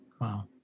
Wow